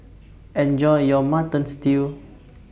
Enjoy your Mutton Stew